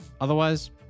otherwise